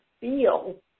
feel